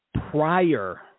Prior